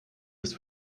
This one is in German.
ist